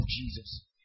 Jesus